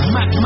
Mac